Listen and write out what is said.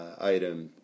item